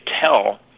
tell